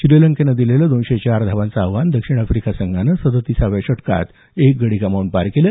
श्रीलंकेनं दिलेलं दोनशे चार धावांचं आव्हान दक्षिण आफ्रिकेनं सदतिसाव्या षटकांत एक गडी गमावून पार केलं